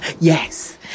yes